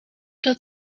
dat